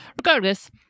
Regardless